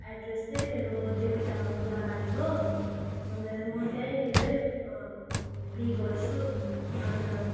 address चाहिँ मेरो देवीडाङ्गा कोलाबारी हो अन्त म त्यहीँनिरै पे गर्छु अन्त